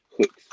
hooks